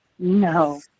No